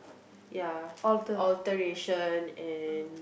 ya alteration and